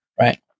right